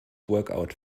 workout